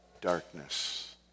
darkness